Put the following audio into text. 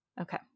Okay